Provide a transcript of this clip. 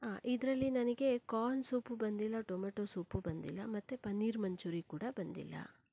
ಹಾಂ ಇದರಲ್ಲಿ ನನಗೆ ಕಾರ್ನ್ ಸೂಪು ಬಂದಿಲ್ಲ ಟೊಮೆಟೊ ಸೂಪೂ ಬಂದಿಲ್ಲ ಮತ್ತು ಪನೀರ್ ಮಂಚೂರಿ ಕೂಡ ಬಂದಿಲ್ಲ